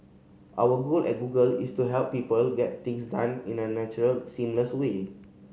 our goal at Google is to help people get things done in a natural seamless way